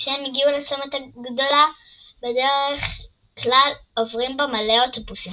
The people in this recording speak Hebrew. כשהם הגיעו לצומת גדולה שבדרך כלל עוברים בה מלא אוטובוסים